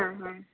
ହଁ ହଁ